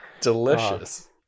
Delicious